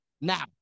Now